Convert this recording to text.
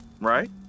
right